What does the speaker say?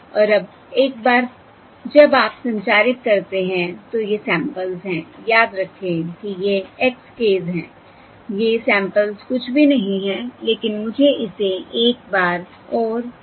और अब एक बार जब आप संचारित करते हैं तो ये सैंपल्स हैं याद रखें कि ये x ks हैं ये सैंपल्स कुछ भी नहीं हैं लेकिन मुझे इसे एक बार और स्पष्ट करने दें